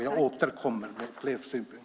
Jag återkommer med fler synpunkter.